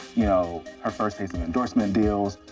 you know her first taste of endorsement deals,